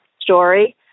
story